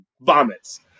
vomits